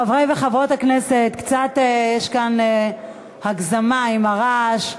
חברי וחברות הכנסת, יש כאן קצת הגזמה עם הרעש.